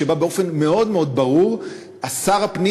שבה באופן מאוד מאוד ברור שר הפנים